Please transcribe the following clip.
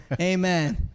Amen